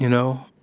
you know,